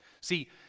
See